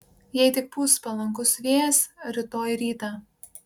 jei tik pūs palankus vėjas rytoj rytą